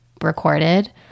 recorded